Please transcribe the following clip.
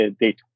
data